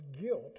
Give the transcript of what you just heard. guilt